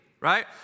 right